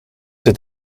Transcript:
het